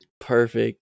Perfect